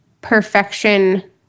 perfection